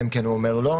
אלא אם כן הוא אומר לא,